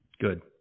Good